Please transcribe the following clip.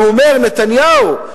אומר נתניהו,